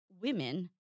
women